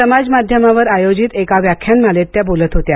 समाज माध्यमावर आयोजित एका व्याख्यानमालेत त्या बोलत होत्या